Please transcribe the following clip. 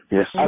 Yes